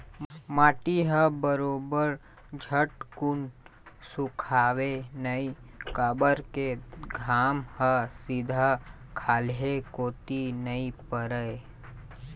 माटी ह बरोबर झटकुन सुखावय नइ काबर के घाम ह सीधा खाल्हे कोती नइ परय